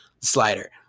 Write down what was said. slider